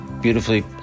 beautifully